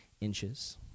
inches